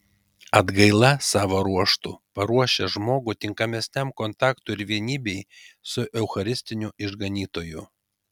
atgaila savo ruožtu paruošia žmogų tinkamesniam kontaktui ir vienybei su eucharistiniu išganytoju